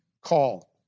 call